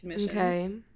Okay